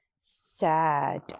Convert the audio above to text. sad